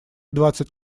двадцать